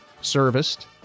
serviced